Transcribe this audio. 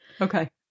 Okay